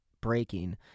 breaking